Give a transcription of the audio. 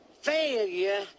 failure